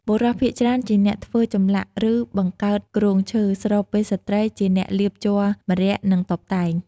បុរសភាគច្រើនជាអ្នកធ្វើចម្លាក់ ឬ បង្កើតគ្រោងឈើ ស្របពេលស្ត្រីជាអ្នកលាបជ័រម្រ័ក្សណ៍ និងតុបតែង។